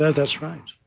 yeah that's right.